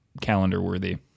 calendar-worthy